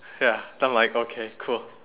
ya I'm like okay cool